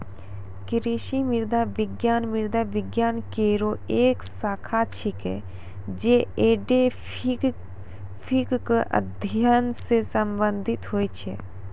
कृषि मृदा विज्ञान मृदा विज्ञान केरो एक शाखा छिकै, जे एडेफिक क अध्ययन सें संबंधित होय छै